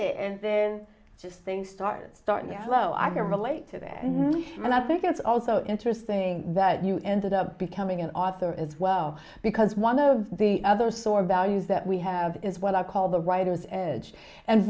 it and then just things started start yellow i can relate to that nellie and i think it's also interesting that you ended up becoming an author as well because one of the other sort values that we have is what i call the writer's edge and